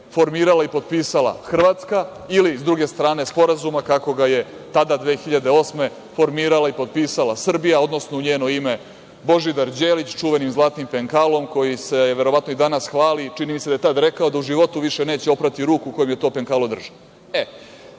formirala i potpisala Hrvatska ili sa druge strane Sporazuma kako ga je tada 2008. godine formirala i potpisala Srbija, odnosno njeno ime Božidar Đelić, čuvenim zlatnim penkalom, kojim se verovatno i danas hvali. Čini mi se da je rekao da u životu neće oprati ruku kojom je to penkalo držao. Kada